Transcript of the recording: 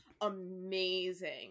amazing